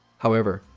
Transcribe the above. however,